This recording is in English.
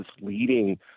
leading